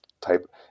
type